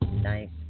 Nice